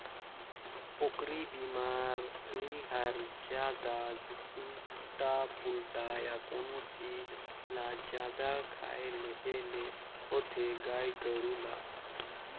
पोकरी बेमारी हर जादा उल्टा पुल्टा य कोनो चीज ल जादा खाए लेहे ले होथे गाय गोरु ल